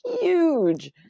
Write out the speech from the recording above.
huge